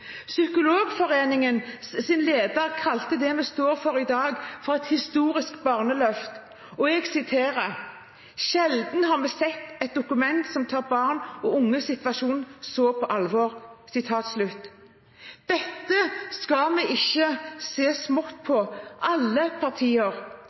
dag, et historisk barneløft: «Sjelden har vi sett et dokument som tar barn og unges situasjon på alvor.» Dette skal ingen partier se